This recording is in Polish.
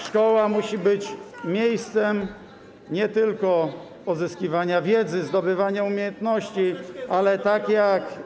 Szkoła musi być miejscem nie tylko pozyskiwania wiedzy, zdobywania umiejętności, ale tak jak.